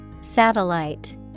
Satellite